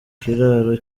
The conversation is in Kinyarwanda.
kiraro